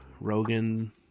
rogan